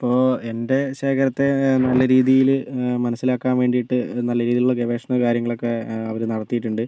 ഇപ്പോൾ എൻ്റെ ശേഖരത്തെ നല്ല രീതിയില് മനസ്സിലാക്കാൻ വേണ്ടിയിട്ട് നല്ല രീതിയിലുള്ള ഗവേഷണം കാര്യങ്ങളൊക്കെ അവര് നടത്തിയിട്ടുണ്ട്